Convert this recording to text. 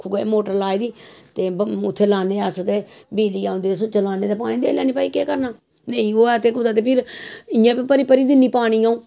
खूऐ motor लाई दी ते उत्थें लान्ने अस ते बिजली औंदी सुच्च लान्ने ते पानी देई लैन्ने केह् करना भाई नेईं होऐ कुतै ते फिर इ'यां बी भरी भरी दिन्नी पानी अ'ऊं बाह्रा दा